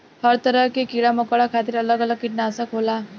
हर तरह के कीड़ा मकौड़ा खातिर अलग अलग किटनासक होला